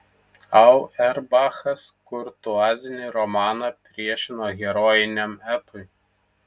auerbachas kurtuazinį romaną priešino herojiniam epui